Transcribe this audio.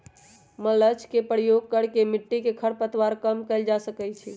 mulch के प्रयोग करके मिट्टी में खर पतवार कम कइल जा सका हई